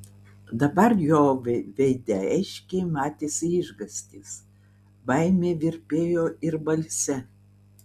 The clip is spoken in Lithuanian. dabar jo veide aiškiai matėsi išgąstis baimė virpėjo ir balse